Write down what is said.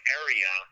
area –